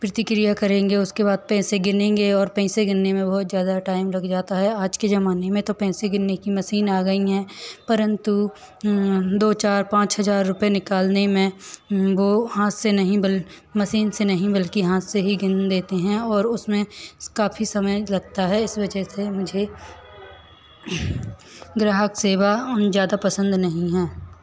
प्रतिक्रिया करेंगे उसके बाद पैसे गिनेंगे और पैसे गिनने में बहुत ज्यादा टाइम लग जाता है आज के जमाने में तो पैसे गिनने की मसीन आ गई है परंतु दो चार पाँच हज़ार रुपये निकालने में वो हाथ से नहीं बल मसीन से नहीं बल्कि हाथ से ही गिन देते हैं और उसमें काफी समय लगता है इस वजह से मुझे ग्राहक सेवा ज्यादा पसंद नहीं है